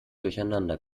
durcheinander